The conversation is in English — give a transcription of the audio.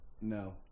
No